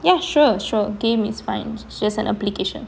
ya sure sure game is fine just an application